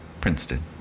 Princeton